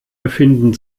befinden